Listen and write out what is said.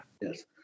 Yes